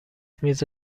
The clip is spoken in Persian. میز